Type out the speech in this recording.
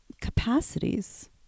capacities